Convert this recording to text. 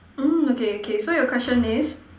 um okay okay so your question is